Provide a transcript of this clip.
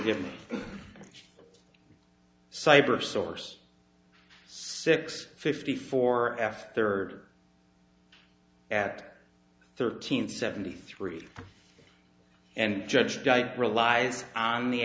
me cyber source six fifty four f third at thirteen seventy three and judge guy relies on the